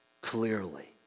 Clearly